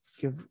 give